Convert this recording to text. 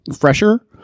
fresher